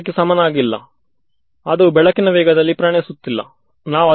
so ಏನಾಗುತ್ತದೆ ಎಂದರೆ ಇಲ್ಲೊಂದು ಸ್ಥಿರಾಂಕ ದೊರೆಯಿತು ಹಾಗು ಇಲ್ಲಿ ಮತ್ತೊಂದು ಸ್ಥಿರಾಂಕ ದೊರೆಯಿತು